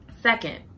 Second